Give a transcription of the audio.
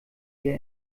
hier